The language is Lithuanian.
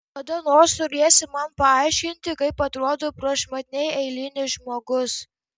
kada nors turėsi man paaiškinti kaip atrodo prašmatniai eilinis žmogus